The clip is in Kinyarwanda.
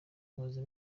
muzi